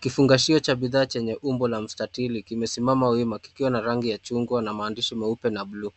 Kifungashio cha bidhaa chenye umbo la mstatili kimesimama wima kikiwa na rangi ya chungwa na maandishi meupe na blue .